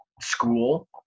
school